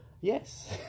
Yes